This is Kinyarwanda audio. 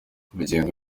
bugingo